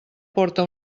porta